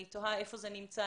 אני תוהה היכן זה נמצא,